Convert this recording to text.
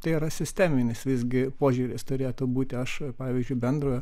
tai yra sisteminis visgi požiūris turėtų būti aš pavyzdžiui bendrojo